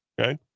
okay